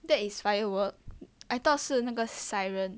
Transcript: that is firework I thought 是一个 siren